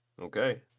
Okay